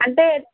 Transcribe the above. అంటే